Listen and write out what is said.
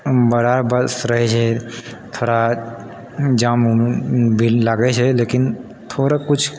बड़ा बस रहै छै थोड़ा जाम उम भी लागै छै लेकिन थोड़ा कुछ